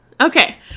Okay